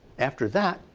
after that,